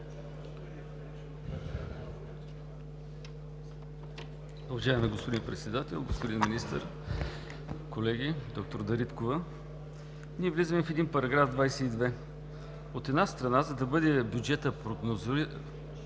Уважаеми господин Председател, господин Министър, колеги! Доктор Дариткова, ние влизаме в един параграф 22. От една страна, за да бъде бюджетът прогнозен